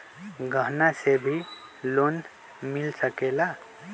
गहना से भी लोने मिल सकेला?